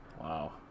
Wow